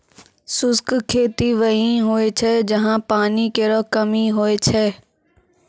शुष्क खेती वहीं होय छै जहां पानी केरो कमी होय छै